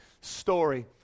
story